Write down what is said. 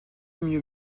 mieux